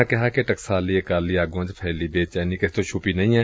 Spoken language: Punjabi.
ਉਨ੍ਹਾਂ ਕਿਹਾ ਕਿ ਟਕਸਾਲੀ ਅਕਾਲੀ ਆਗੂਆਂ ਵਿਚ ਫੈਲੀ ਬੇਚੈਨੀ ਕਿਸੇ ਤੋਂ ਛੁਪੀ ਨਹੀਂ ਏ